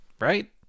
Right